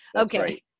Okay